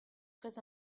très